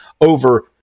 over